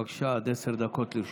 בבקשה, עד עשר דקות לרשותך.